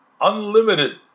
unlimited